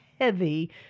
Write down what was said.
heavy